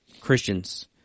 Christians